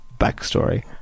backstory